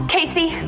Casey